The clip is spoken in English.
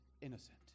innocent